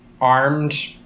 armed